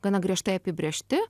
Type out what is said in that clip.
gana griežtai apibrėžti